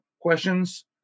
questions